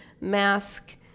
mask